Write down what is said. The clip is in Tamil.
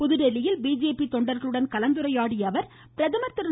புதுதில்லியில் பிஜேபி தொண்டர்களுடன் கலந்துரையாடிய அவர் பிரதமர் திரு